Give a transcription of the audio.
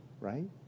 right